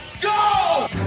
Go